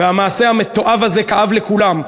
והמעשה המתועב הזה כאב לכולם,